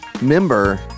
member